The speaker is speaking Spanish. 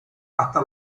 hasta